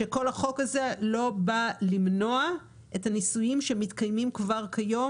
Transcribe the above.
שכל החוק הזה לא בא למנוע ניסויים שמתקיימים כבר כיום